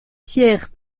tiers